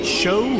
show